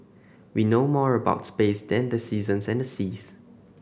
we know more about space than the seasons and the seas